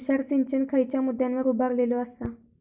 तुषार सिंचन खयच्या मुद्द्यांवर उभारलेलो आसा?